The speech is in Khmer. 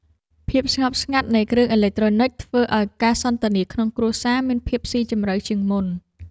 ភាពស្ងប់ស្ងាត់នៃគ្រឿងអេឡិចត្រូនិច ធ្វើឱ្យការសន្ទនាក្នុងគ្រួសារមានភាពស៊ីជម្រៅជាងមុន។